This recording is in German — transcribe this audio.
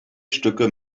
stücke